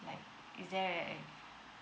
like is there